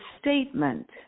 statement